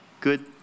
good